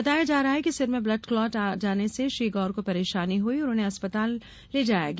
बताया जा रहा है कि सिर में ब्लड क्लाट आ जाने से श्री गौर को परेशानी हुई और उन्हें अस्पताल ले जाया गया